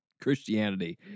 Christianity